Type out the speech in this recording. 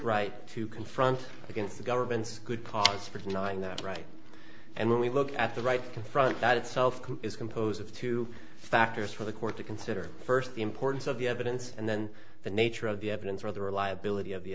right to confront against the government's good cause for denying that right and when we look at the right to confront that itself is composed of two factors for the court to consider first the importance of the evidence and then the nature of the evidence rather a liability of the